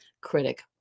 critic